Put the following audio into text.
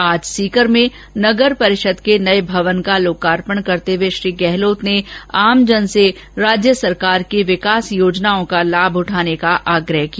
आज सीकर में नगर परिषद के नए भवन का लोकार्पण करते हुए श्री गहलोत ने आमजन से राज्य सरकार की विकास योजनाओं का लाभ उठाने का आग्रह किया